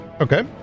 okay